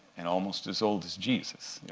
and almost as old as jesus.